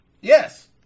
Yes